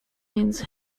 means